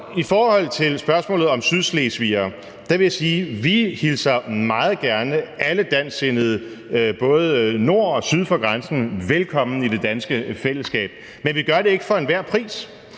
I forhold til spørgsmålet om sydslesvigere vil jeg sige: Vi hilser meget gerne alle dansksindede, både dem nord for og dem syd for grænsen, velkommen i det danske fællesskab, men vi gør det ikke for enhver pris,